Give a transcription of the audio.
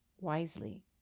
wisely